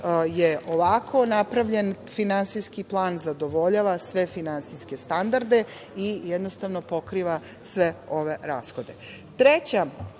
da ovako napravljen Finansijski plan zadovoljava sve finansijske standarde i jednostavno pokriva sve ove rashode. Treća